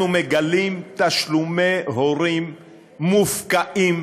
אנחנו מגלים תשלומי הורים מופקעים